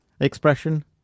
expression